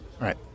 right